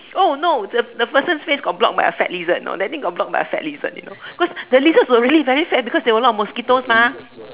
oh no the the person's face got blocked by the fat lizard you know that thing got blocked by the fat lizard you know cause the lizards were really very fat because there was a lot of mosquitos mah